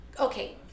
Okay